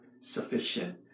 sufficient